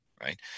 right